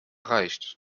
reicht